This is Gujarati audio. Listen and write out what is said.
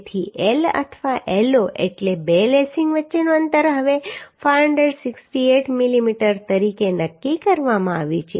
તેથી L અથવા L0 એટલે બે લેસિંગ વચ્ચેનું અંતર હવે 568 મિલીમીટર તરીકે નક્કી કરવામાં આવ્યું છે